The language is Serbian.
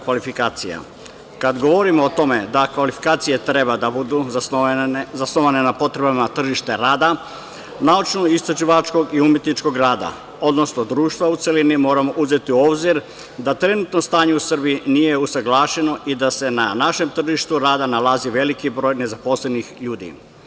Kada govorimo o tome da kvalifikacije treba da budu zasnovane na potrebama tržišta rada, naučnoistraživačkog i umetničkog rada, odnosno društva u celini, moramo uzeti u obzir da trenutno stanje u Srbiji nije usaglašeno i da se na našem tržištu rada nalazi veliki broj nezaposlenih ljudi.